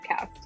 Podcast